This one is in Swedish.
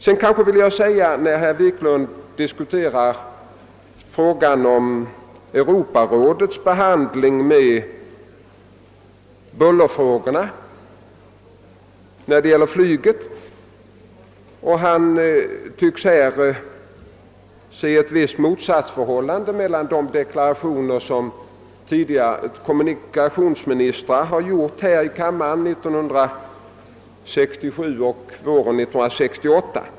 Sedan kanske jag med herr Wiklund skall något diskutera frågan om Europarådets behandling av bullerproblemen i samband med flygtrafiken. Herr Wiklund tycks se ett visst motsatsförhållande mellan handläggningen i Europarådet och de deklarationer som kommunikationsministern gjort här i kammaren under 1967 och våren 1968.